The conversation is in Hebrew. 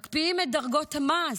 מקפיאים את דרגות המס,